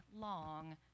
long